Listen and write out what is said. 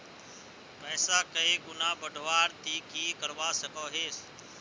पैसा कहीं गुणा बढ़वार ती की करवा सकोहिस?